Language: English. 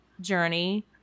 journey